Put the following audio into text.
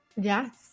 yes